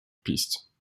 piste